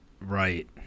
right